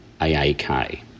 AAK